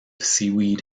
seaweed